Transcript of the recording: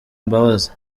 imbabazi